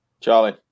Charlie